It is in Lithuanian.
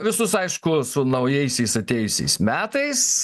visus aišku su naujaisiais atėjusiais metais